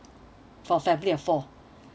for family of four